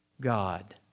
God